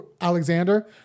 Alexander